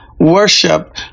Worship